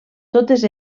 totes